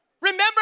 Remember